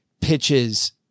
pitches